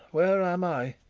where am i